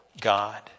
God